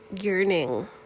yearning